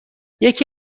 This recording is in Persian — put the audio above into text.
یکی